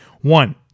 One